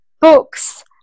books